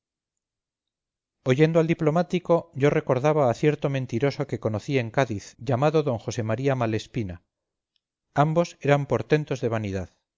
oyendo al diplomático yo recordaba a cierto mentiroso que conocí en cádiz llamado d josé maría malespina ambos eran portentos de vanidad